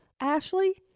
Ashley